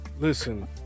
Listen